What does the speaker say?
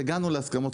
הגענו להסכמות,